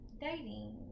dating